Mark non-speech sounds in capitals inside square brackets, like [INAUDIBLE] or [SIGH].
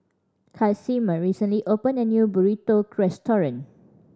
Casimer recently opened a new Burrito [UNINTELLIGIBLE]